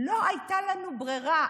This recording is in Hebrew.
לא הייתה לנו ברירה,